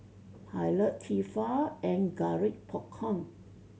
Pilot Tefal and Garrett Popcorn